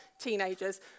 teenagers